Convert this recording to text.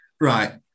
Right